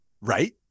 Right